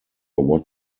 what